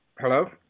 Hello